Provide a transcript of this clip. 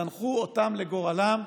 זנחו אותם לגורלם.